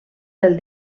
del